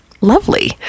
lovely